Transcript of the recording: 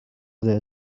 their